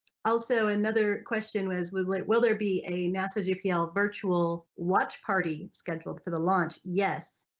also another question was will like will there be a nasa jpl virtual watch party scheduled for the launch? yes,